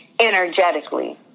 energetically